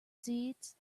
seeds